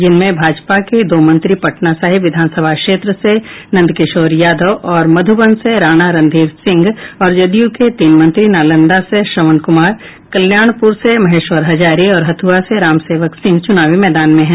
जिनमें भाजपा के दो मंत्री पटना साहिब विधानसभा क्षेत्र से नंदकिशोर यादव और मधुबन से राणा रणधीर सिंह तथा जदयू के तीन मंत्री नालंदा से श्रवण कुमार कल्याणपुर से महेश्वर हजारी और हथुआ से राम सेवक सिंह चुनावी मैदान में हैं